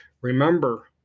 Remember